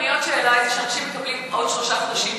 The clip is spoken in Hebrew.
הפניות אלי הן שאנשים מקבלים תור לעוד שלושה חודשים,